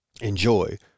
enjoy